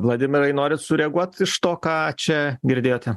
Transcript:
vladimirai norit sureaguot iš to ką čia girdėjote